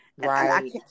right